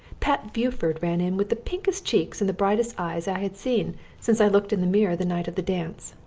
pet buford ran in with the pinkest cheeks and the brightest eyes i had seen since i looked in the mirror the night of the dance.